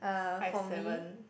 I have seven